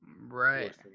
right